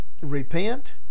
repent